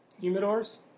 humidor's